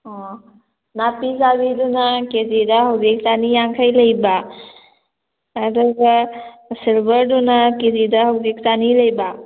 ꯑꯣ ꯅꯥꯄꯤ ꯆꯥꯕꯤꯗꯨꯅ ꯀꯦꯖꯤꯗ ꯍꯧꯖꯤꯛ ꯆꯅꯤ ꯌꯥꯡꯈꯩ ꯂꯩꯕ ꯑꯗꯨꯒ ꯁꯤꯜꯚꯔꯗꯨꯅ ꯍꯧꯖꯤꯛ ꯆꯅꯤ ꯂꯩꯕ